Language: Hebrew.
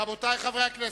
רבותי חברי הכנסת,